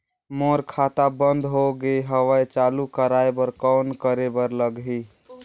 मोर खाता बंद हो गे हवय चालू कराय बर कौन करे बर लगही?